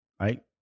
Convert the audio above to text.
Right